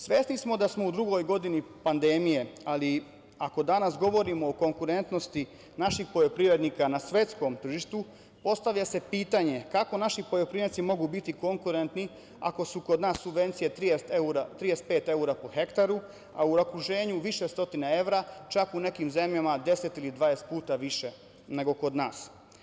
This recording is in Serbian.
Svesni smo da smo u drugoj godini pandemije, ali, ako danas govorimo o konkurentnosti naših poljoprivrednika na svetskom tržištu, postavlja se pitanje kako naši poljoprivrednici mogu biti konkurentni ako su kod nas subvencije 35 evra po hektaru, a u okruženju više stotine evra, čak u nekim zemljama deset ili dvadeset puta više nego kod nas.